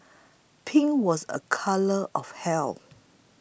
pink was a colour of health